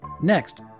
Next